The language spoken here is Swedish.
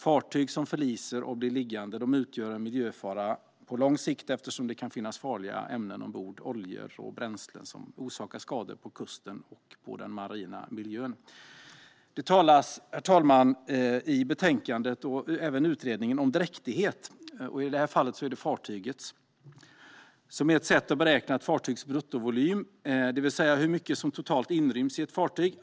Fartyg som förliser och blir liggande utgör en miljöfara på lång sikt, eftersom det kan finnas farliga ämnen ombord, till exempel oljor och bränslen, som orsakar skador på kusten och den marina miljön. Det talas i betänkandet och även i utredningen om dräktighet, i det här fallet fartygets, vilket är ett sätt att beräkna ett fartygs bruttovolym, det vill säga hur mycket som totalt inryms i ett fartyg.